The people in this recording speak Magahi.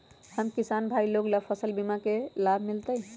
हम किसान भाई लोग फसल बीमा के लाभ मिलतई?